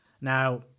Now